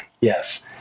Yes